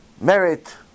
merit